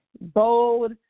bold